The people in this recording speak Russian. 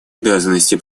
обязанности